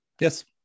Yes